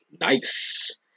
nice